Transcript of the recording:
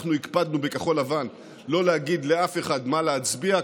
אנחנו הקפדנו בכחול לבן לא להגיד לאף אחד מה להצביע.